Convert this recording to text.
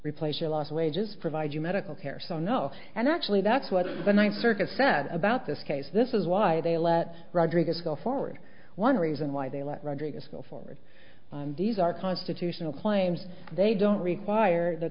replace your lost wages provide you medical care so no and actually that's what the ninth circuit said about this case this is why they let rodriguez go forward one reason why they let rodriguez go forward these are constitutional claims they don't require the